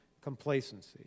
complacency